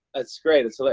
that's great, it's like